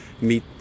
meet